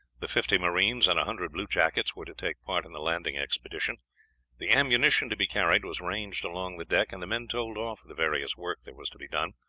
the fifty marines and a hundred bluejackets were to take part in the landing expedition the ammunition to be carried was ranged along the deck, and the men told off for the various work there was to be done,